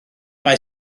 mae